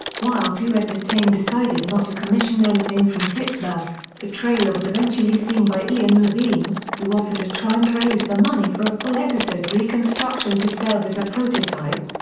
while two entertain decided not to commission anything from titmouse, the trailer was eventually seen by ian levine, who offered to try and raise the money for a full episode reconstruction to serve as a prototype.